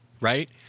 right